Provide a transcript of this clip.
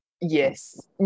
Yes